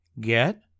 get